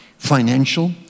financial